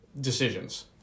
decisions